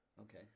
Okay